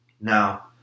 Now